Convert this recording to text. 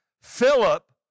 Philip